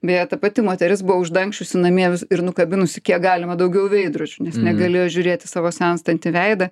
beje ta pati moteris buvo uždangsčiusi namie ir nukabinusi kiek galima daugiau veidrodžių nes negalėjo žiūrėt į savo senstantį veidą